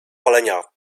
palenia